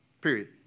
Period